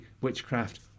witchcraft